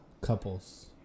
couples